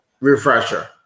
refresher